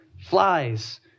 Flies